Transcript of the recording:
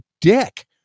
dick